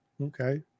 okay